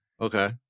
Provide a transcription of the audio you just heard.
Okay